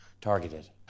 targeted